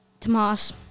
Tomas